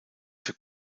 für